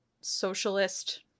socialist